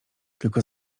tylko